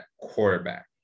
quarterback